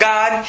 God